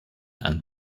and